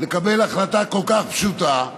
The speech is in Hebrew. לקבל החלטה כל כך פשוטה: